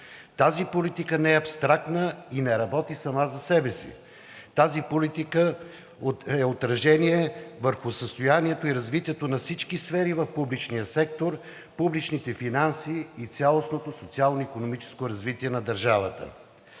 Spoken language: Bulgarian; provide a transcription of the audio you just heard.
тази политика не е абстрактна и не работи сама за себе си, тази политика е отражение върху състоянието и развитието на всички сфери в публичния сектор, публичните финанси и цялостното социално-икономическо развитие на държавата.